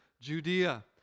Judea